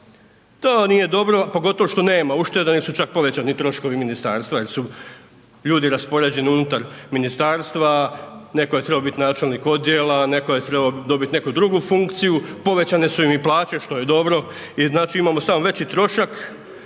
to nije dobro, pogotovo što nema ušteda, …/Govornik se ne razumije/… čak povećani troškovi ministarstva il su ljudi raspoređeni unutar ministarstva, netko je trebao bit načelnik odjela, netko je trebao dobit neku drugu funkciju, povećane su im i plaće što je dobro i znači imamo samo veći trošak,